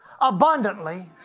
abundantly